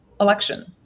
election